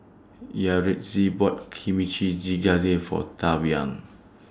Yaretzi bought Kimchi For Tavian